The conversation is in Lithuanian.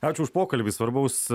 ačiū už pokalbį svarbaus